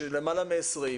יש למעלה מ-20,